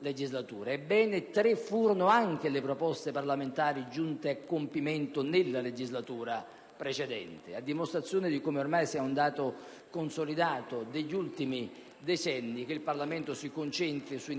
Ebbene, tre furono anche quelle giunte a compimento nella legislatura precedente, a dimostrazione di come ormai sia un dato consolidato degli ultimi decenni che il Parlamento si concentri su